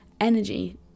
energy